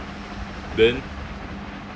then